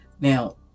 Now